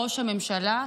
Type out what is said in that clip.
ראש הממשלה,